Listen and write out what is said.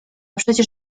przecież